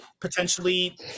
potentially